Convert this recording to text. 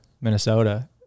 Minnesota